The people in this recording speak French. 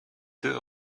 deux